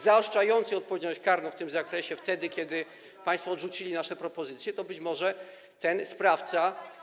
zaostrzających odpowiedzialność karną w tym zakresie, wtedy kiedy państwo odrzucili nasze propozycje, to być może ten sprawca.